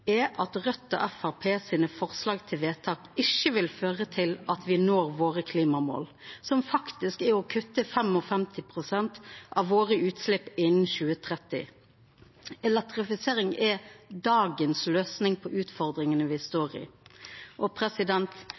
er at forslaga til vedtak frå Raudt og Framstegspartiet ikkje vil føra til at me når klimamåla våre, som faktisk er å kutta 55 pst. av utsleppa våre innan 2030. Elektrifisering er dagens løysing på utfordringane me står i. Rikeleg og